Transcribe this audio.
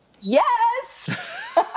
Yes